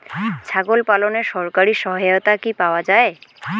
ছাগল পালনে সরকারি সহায়তা কি পাওয়া যায়?